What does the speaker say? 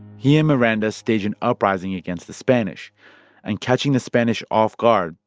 he and miranda staged an uprising against the spanish and, catching the spanish off guard,